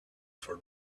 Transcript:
for